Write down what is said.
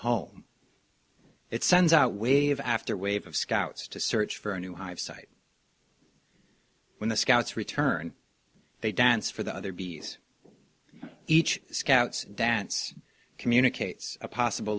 home it sends out wave after wave of scouts to search for a new hive site when the scouts return they dance for the other bees each scout's dance communicates a possible